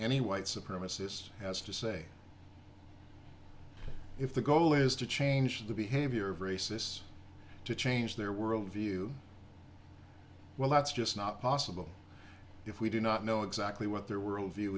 any white supremacist has to say if the goal is to change the behavior of racists to change their world view well that's just not possible if we do not know exactly what their worldview